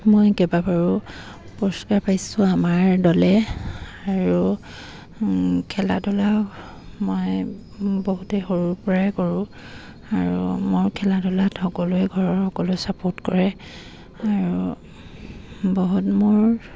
মই কেইবাবাৰো পুৰষ্কাৰ পাইছোঁ আমাৰ দলে আৰু খেলা ধূলা মই বহুতেই সৰুৰপৰাই কৰোঁ আৰু মোৰ খেলা ধূলাত সকলোৱে ঘৰৰ সকলোৱে ছাপোৰ্ট কৰে আৰু বহুত মোৰ